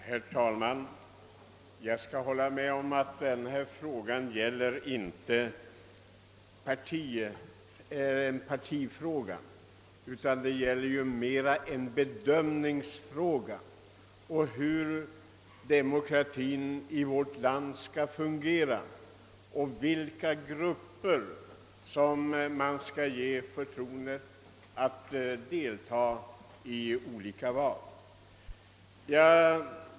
Herr talman! Jag kan hålla med om att detta inte är någon partifråga. Det gäller snarare en bedömning, hur demokratin i vårt land skall fungera och åt vilka grupper vi skall ge förtroendet att få delta i olika val.